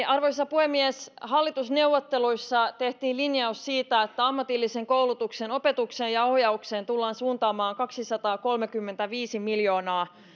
arvoisa puhemies hallitusneuvotteluissa tehtiin linjaus siitä että ammatillisen koulutuksen opetukseen ja ohjaukseen tullaan suuntaamaan kaksisataakolmekymmentäviisi miljoonaa